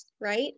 right